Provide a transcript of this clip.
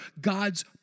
God's